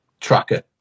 tracker